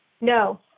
No